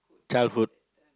childhood